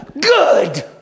good